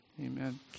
Amen